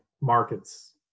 markets